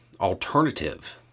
alternative